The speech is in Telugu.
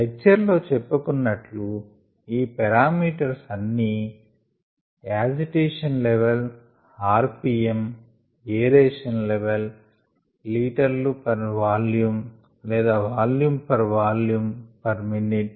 లెక్చర్ లో చెప్పుకున్నట్లు ఈ పారామీటర్స్ అన్ని agitation level rpm aeration level లీటర్లు పర్ వాల్యూమ్ లేదా volume per volume per minute